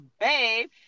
babe